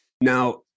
Now